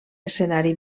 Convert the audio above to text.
escenari